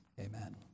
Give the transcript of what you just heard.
Amen